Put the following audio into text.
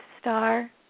star